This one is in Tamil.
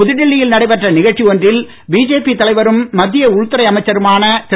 புதுடெல்லியில் நடைபெற்ற நிகழ்ச்சி ஒன்றில் பிஜேபி தலைவரும் மத்திய உள்துறை அமைச்சருமான திரு